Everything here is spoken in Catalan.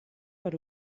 per